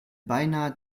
beinahe